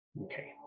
okay